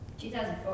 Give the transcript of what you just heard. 2004